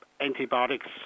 antibiotics